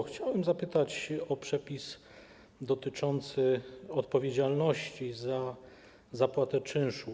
Chciałbym zapytać o przepis dotyczący odpowiedzialności za zapłatę czynszu.